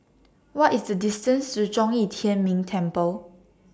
What IS The distance to Zhong Yi Tian Ming Temple